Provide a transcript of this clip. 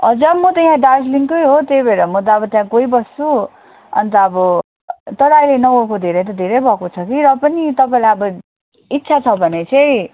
हजुर म त यहाँ दार्जिलिङकै हो त्यही भएर म त अब त्यहाँ गइबस्छु अन्त अब तर अहिले नगएको धेरै त धेरै भएको छ कि र पनि तपाईँलाई अब इच्छा छ भने चाहिँ